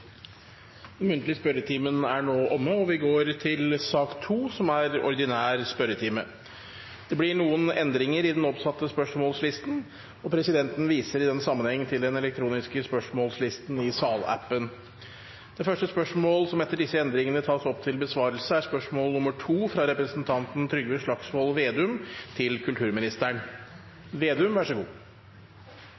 Den muntlige spørretimen er nå omme. Det blir noen endringer i den oppsatte spørsmålslisten, og presidenten viser i den sammenheng til den elektroniske spørsmålslisten i salappen. Endringene var som følger: Spørsmål 1, fra representanten Ingrid Heggø til finansministeren, er trukket. Spørsmål 18, fra representanten Kristoffer Robin Haug til